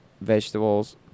vegetables